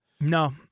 No